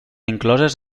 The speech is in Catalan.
incloses